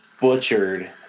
butchered